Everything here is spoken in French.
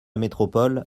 métropole